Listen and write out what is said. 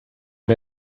wir